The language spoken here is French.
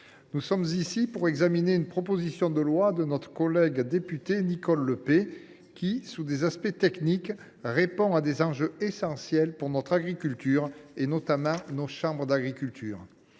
nous sommes ici pour examiner une proposition de loi de notre collègue députée Nicole Le Peih. Sous des aspects techniques, ce texte répond à des enjeux essentiels pour notre agriculture, notamment nos chambres d’agriculture.